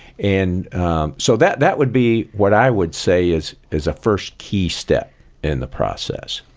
and so that that would be what i would say is is a first key step in the process,